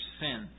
sin